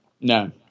No